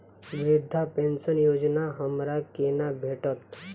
वृद्धा पेंशन योजना हमरा केना भेटत?